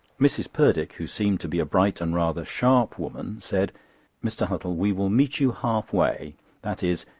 mrs. purdick, who seemed to be a bright and rather sharp woman, said mr. huttle, we will meet you half-way that is,